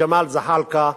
ג'מאל זחאלקה בכנסת.